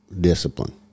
discipline